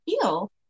feel